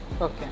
okay